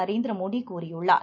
நரேந்திரமோடி கூறியுள்ளார்